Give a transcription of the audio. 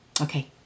Okay